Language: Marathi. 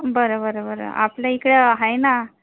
बरं बरं बरं आपल्या इकडे आहे ना